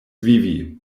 vivi